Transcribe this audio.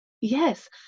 Yes